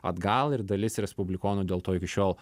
atgal ir dalis respublikonų dėl to iki šiol